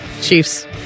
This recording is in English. Chiefs